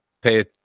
pay